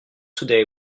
today